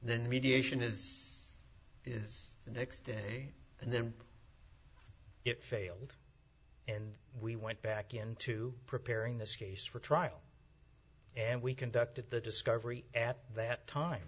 then mediation is is the next day and then it failed and we went back into preparing this case for trial and we conducted the discovery at that time